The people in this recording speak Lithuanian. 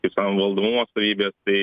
kaip sakoma valdomumo savybės tai